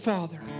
Father